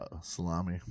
salami